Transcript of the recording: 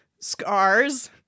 scars